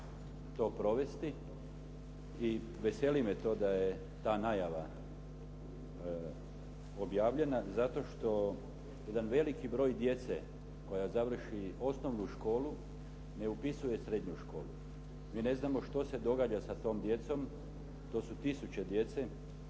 to provesti i veseli me to da je ta najava objavljena zato što jedan veliki broj djece koja završi osnovnu školu ne upisuje srednju školu. Mi ne znamo što se događa sa tom djecom, to su tisuće djece